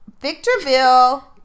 Victorville